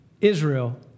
Israel